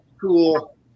cool